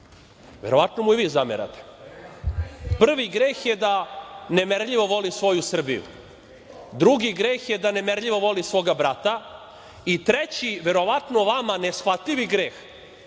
Verovatno mu i vi zamerate. Prvi greh je da merljivo voli svoju Srbiju. Drugi greh je da nemerljivo voli svoga brata. Treći, verovatno vama neshvatljivi greh,